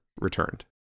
returned